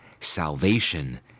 Salvation